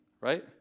right